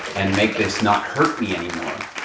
and make this not hurt me anymore,